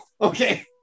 Okay